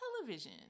Television